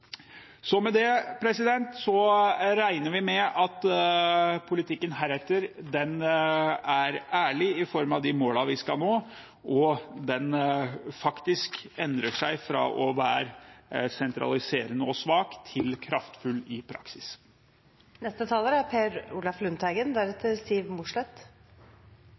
Med det regner vi med at politikken heretter vil være ærlig når det gjelder de målene vi skal nå, og at den faktisk endrer seg fra å være sentraliserende og svak til kraftfull i praksis.